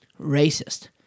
racist